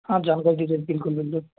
ہاں جانکاری دیجیے بالکل بالکل